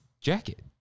jacket